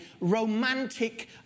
romantic